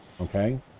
okay